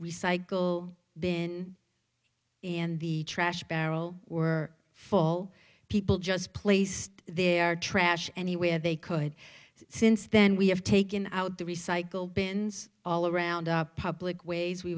recycle bin and the trash barrel were full people just placed their trash anywhere they could since then we have taken out the recycle bins all around public ways we